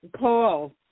Paul